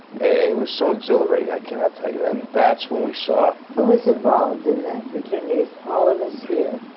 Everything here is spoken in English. it was so exhilarating, i cannot tell you. and that's when we saw who was involved in that for ten days? all of us here,